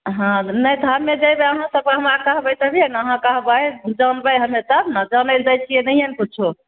हँ नहि तऽ हमें जैबे अहाँ सब हमरा कहबे तभिये ने अहाँ कहबै जनबै हमे तब ने जनय नहि छियै नहिए किछो